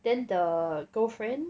then the girlfriend